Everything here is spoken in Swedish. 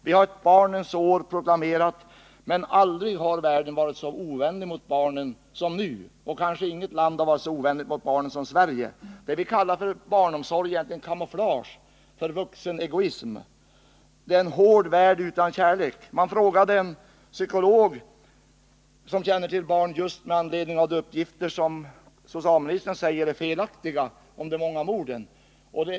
Vi har ett barnens år proklamerat, men aldrig har världen varit så ovänlig mot barnen som nu — och kanske inget land har varit så ovänligt mot barnen som Sverige. Det vi kallar för barnomsorg är egentligen camouflage för vuxenegoism. Det är en hård värld utan kärlek. Man frågade en psykolog, som väl känner till barn med anledning av de uppgifter som socialministern säger är felaktiga — om de många självmorden.